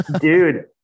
dude